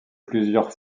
plusieurs